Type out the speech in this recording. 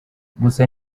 gusa